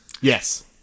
Yes